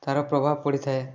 ତାର ପ୍ରଭାବ ପଡ଼ିଥାଏ